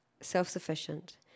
self-sufficient